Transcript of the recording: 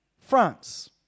France